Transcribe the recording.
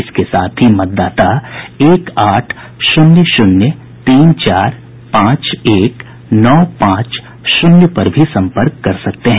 इसके साथ ही मतदाता एक आठ शून्य शून्य तीन चार पांच एक नौ पांच शून्य पर भी संपर्क कर सकते हैं